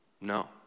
No